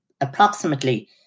approximately